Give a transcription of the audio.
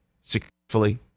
successfully